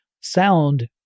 sound